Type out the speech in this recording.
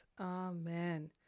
Amen